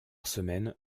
semaine